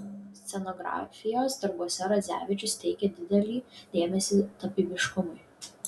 scenografijos darbuose radzevičius teikė didelį dėmesį tapybiškumui